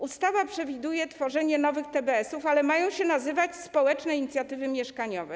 Ustawa przewiduje tworzenie nowych TBS-ów, ale mają się one nazywać: Społeczne Inicjatywy Mieszkaniowe.